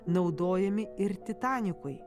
naudojami ir titanikui